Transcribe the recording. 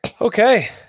Okay